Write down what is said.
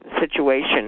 situation